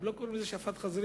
הם לא קוראים לזה "שפעת חזירים".